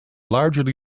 largely